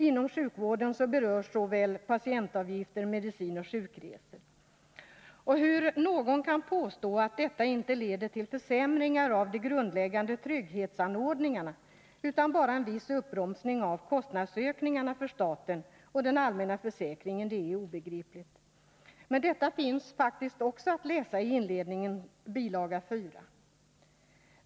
Inom sjukvården berörs såväl patientavgifter som medicin och sjukresor. Hur någon kan påstå att detta inte leder till försämringar av de grundläggande trygghetsanordningarna, utan bara till en viss uppbromsning av kostnadsökningarna för staten och den allmänna försäkringen, är obegripligt. Men detta finns faktiskt också att läsa i inledningen till bilaga 4.